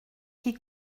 qui